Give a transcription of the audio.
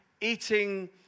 eating